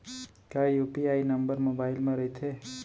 का UPI number mobile म रहिथे?